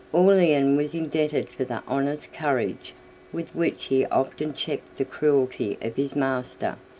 aurelian was indebted for the honest courage with which he often checked the cruelty of his master.